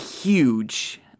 huge